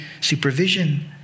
supervision